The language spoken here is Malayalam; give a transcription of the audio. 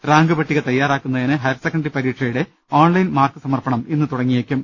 റാങ്ക് പട്ടിക തയ്യാറാക്കുന്നതിന് ഹയർ സെക്കന്ററി പരീക്ഷയുടെ ഓൺലൈൻ മാർക്ക് സമർപ്പണം ഇന്ന് തുടങ്ങിയേക്കും